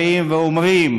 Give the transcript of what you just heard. באים ואומרים,